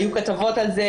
היו כתבות על זה,